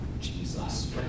Jesus